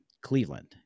Cleveland